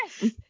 yes